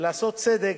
ולעשות צדק,